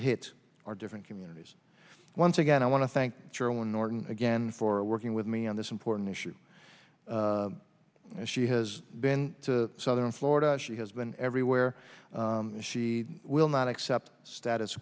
hit our different communities once again i want to thank joan norton again for working with me on this important issue as she has been to southern florida she has been everywhere she will not accept status